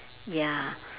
ya